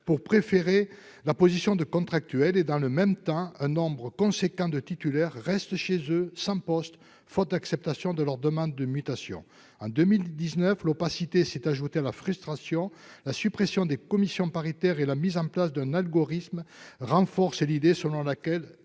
pour préférer la position de contractuel. Dans le même temps, un nombre considérable de titulaires restent chez eux, sans poste, faute d'acceptation de leurs demandes de mutation. En 2019, l'opacité s'est ajoutée à la frustration. La suppression des commissions paritaires et la mise en place d'un algorithme renforcent l'idée selon laquelle